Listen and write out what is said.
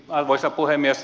arvoisa puhemies